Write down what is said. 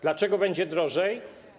Dlaczego będzie drożej?